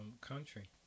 country